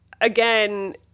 again